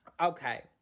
Okay